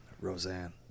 Roseanne